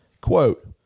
quote